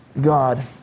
God